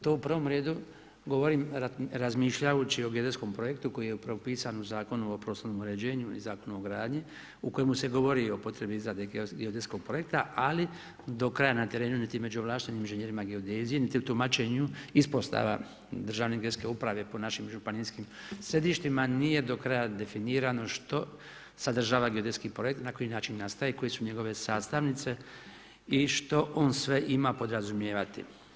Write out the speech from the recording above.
To u prvo redu govorim razmišljajući o geodetskom projektu koji je propisan u Zakonu o prostornom uređenju i Zakonom o gradnji u kojemu se govori o potrebi izrade geodetskog projekta, ali do kraja na terenu niti među ovlaštenim inženjerima geodezije, niti u tumačenju ispostava državne geodetske uprave po našim županijskim središtima nije do kraja definirano što sadržava geodetski projekt i na koji način nastaje, koje su njegove sastavnice i što on sve ima podrazumijevati.